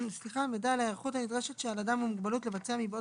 (3)מידע על ההיערכות הנדרשת שעל אדם עם מוגבלות לבצע מבעוד